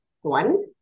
One